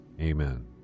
Amen